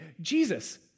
Jesus